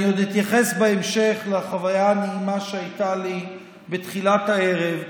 אני עוד אתייחס בהמשך לחוויה הנעימה שהייתה לי בתחילת הערב,